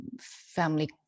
family